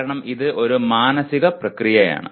കാരണം ഇത് ഒരു മാനസിക പ്രക്രിയയാണ്